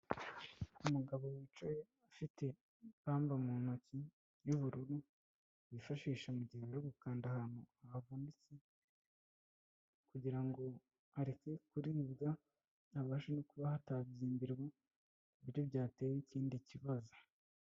Umugabo wicaye afite ipamba mu ntoki y'ubururu, yifashisha mu gihe ari gukanda ahantu havunitse kugira ngo areke kuriribwa, habashe kuba hatabyimbirwa ku buryo byateza ikindi kibazo.